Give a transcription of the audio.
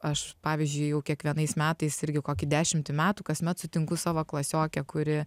aš pavyzdžiui jau kiekvienais metais irgi kokį dešimtį metų kasmet sutinku savo klasiokę kuri